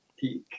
Peak